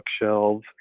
bookshelves